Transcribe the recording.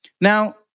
Now